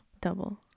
double